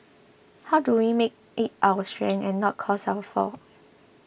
how do we make it our strength and not cause our fall